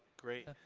great.